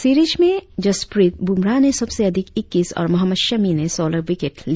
series में जसप्रीत ब्रमराह ने सबसे अधिक इक्कीस और मोहम्मद शमी ने सोलह विकेट लिए